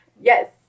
Yes